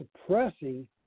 suppressing